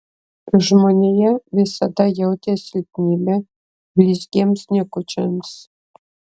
žmonija visada jautė silpnybę blizgiems niekučiams